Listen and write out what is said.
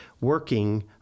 working